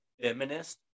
feminist